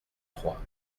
trois